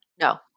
No